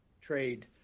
trade